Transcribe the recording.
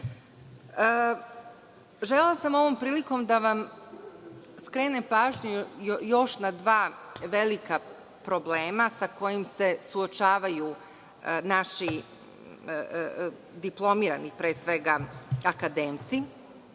sam ovom prilikom da vam skrenem pažnju još na dva velika problema sa kojima se suočavaju naši diplomirani akademci,